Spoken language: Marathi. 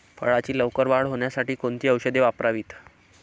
फळाची लवकर वाढ होण्यासाठी कोणती औषधे वापरावीत?